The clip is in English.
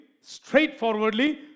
straightforwardly